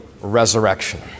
resurrection